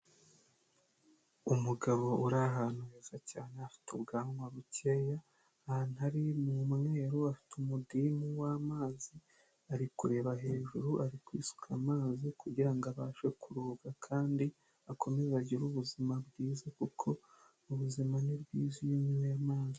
Umugabo uri ahantu heza cyane, afite ubwanwa bukeya. Ahantu ari ni umweru afite umudimu w'amazi ari kureba hejuru, ari kwisuka amazi kugira ngo abashe kuruhuka kandi akomeze agire ubuzima bwiza, kuko ubuzima ni bwiza iyo unyoye amazi.